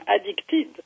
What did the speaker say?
addicted